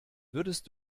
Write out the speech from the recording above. würdest